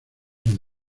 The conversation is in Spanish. han